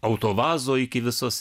autovazo iki visos